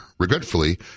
Regretfully